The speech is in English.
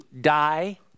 die